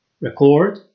record